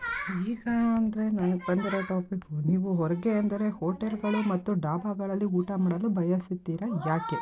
ಈಗ ಹಾಂ ನನಗೆ ಬಂದಿರೋ ಟಾಪಿಕ್ ನೀವು ಹೊರಗೆ ಅಂದರೆ ಹೋಟೆಲ್ಗಳು ಮತ್ತು ಡಾಬಾಗಳಲ್ಲಿ ಊಟ ಮಾಡಲು ಬಯಸುತ್ತೀರಾ ಯಾಕೆ